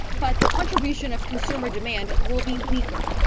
but the contribution of consumer demand will be weaker.